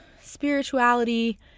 spirituality